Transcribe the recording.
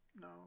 no